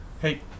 Hey